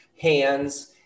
hands